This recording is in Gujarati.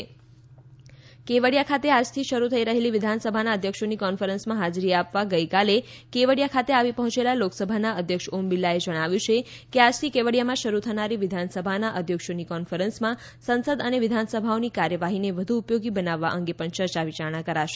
ઓમ બિરલા કેવડીયા ખાતે આજથી શરૂ થઈ રહેલી વિધાનસભાના અધ્યક્ષોની કોન્ફરન્સમાં હાજરી આપવા ગઇકાલે કેવડિયા ખાતે આવી પહોંચેલા લોકસભાના અધ્યક્ષ ઓમ બિરલાએ જણાવ્યું છે કે આજ થી કેવડીયામાં શરૂ થનારી વિધાનસભાના અધ્યક્ષોની કોન્ફરન્સમાં સંસદ અને વિધાનસભાઓની કાર્યવાહીને વધુ ઉપયોગી બનાવવા અંગે પણ ચર્ચા વિચારણા કરાશે